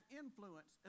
influence